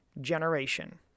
generation